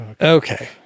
Okay